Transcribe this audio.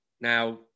Now